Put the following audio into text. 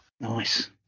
Nice